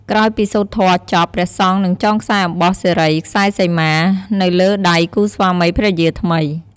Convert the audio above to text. ក្រោយពីសូត្រធម៌ចប់ ព្រះសង្ឃនឹងចងខ្សែអំបោះសិរី ខ្សែសីមា នៅលើកដៃគូស្វាមីភរិយាថ្មី។